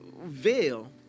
veil